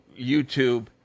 YouTube